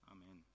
Amen